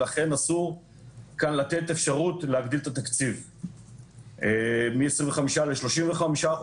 אסור לתת אפשרות להגדיל את התקציב מ-25% ל-35%,